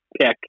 pick